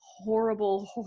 Horrible